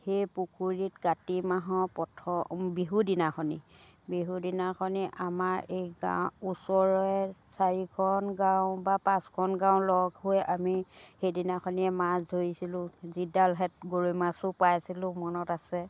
সেই পুখুৰীত কাতি মাহৰ প্ৰথম বিহু দিনাখনি বিহু দিনাখনি আমাৰ এই গাঁৱৰ ওচৰৰে চাৰিখন গাঁও বা পাঁচখন গাঁও লগ হৈ আমি সেইদিনাখনি মাছ ধৰিছিলোঁ যিডালহঁত গৰৈ মাছো পাইছিলোঁ মনত আছে